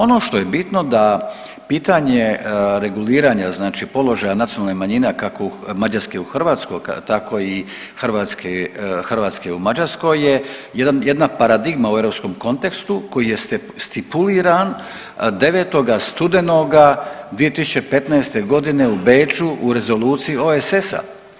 Ono što je bitno da pitanje reguliranja znači položaja nacionalne manjine kako mađarske u Hrvatsku tako hrvatske, hrvatske u Mađarskoj je jedna paradigma u europskom kontekstu koji je stipuliran 9. studenog 2015. godine u Beču u Rezoluciji OESS-a.